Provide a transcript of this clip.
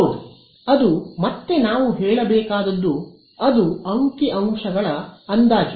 ಹೌದು ಅದು ಮತ್ತೆ ನಾವು ಹೇಳಬೇಕಾದದ್ದು ಅದು ಅಂಕಿಅಂಶಗಳ ಅಂದಾಜು